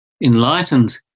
enlightened